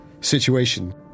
situation